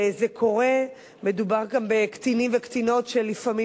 כשזה קורה מדובר גם בקטינות שלפעמים